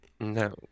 no